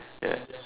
yes